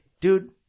dude